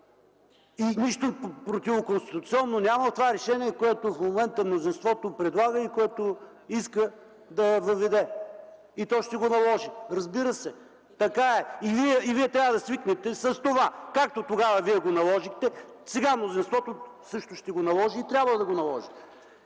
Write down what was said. нищо противоконституционно в това решение, което в момента мнозинството предлага и което иска да въведе. И то ще го наложи! Разбира се, така е. И вие трябва да свикнете с това! Както вие го наложихте тогава, сега мнозинството също ще го наложи. И трябва да го наложи!